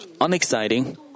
unexciting